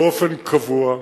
באופן קבוע,